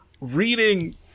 Reading